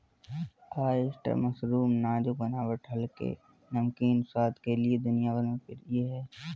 oyster mushroom नाजुक बनावट हल्के, नमकीन स्वाद के लिए दुनिया भर में प्रिय है